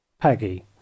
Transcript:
Peggy